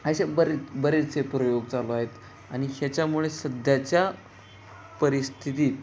असे बरेच बरेचसे प्रयोग चालू आहेत आणि ह्याच्यामुळे सध्याच्या परिस्थितीत